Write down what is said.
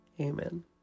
Amen